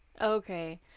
Okay